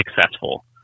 successful